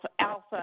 alpha